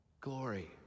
Glory